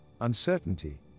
uncertainty